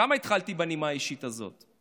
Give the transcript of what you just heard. למה התחלתי בנימה האישית הזאת?